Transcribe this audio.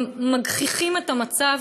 הם מגחיכים את המצב,